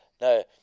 No